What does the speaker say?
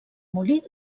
molí